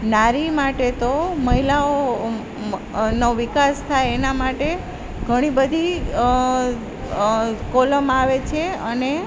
નારી માટે તો મહિલાઓ નો વિકાસ થાય એના માટે ઘણી બધી કોલમ આવે છે અને